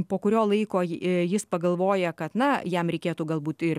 po kurio laiko jis pagalvoja kad na jam reikėtų galbūt ir